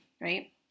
right